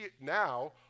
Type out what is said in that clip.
now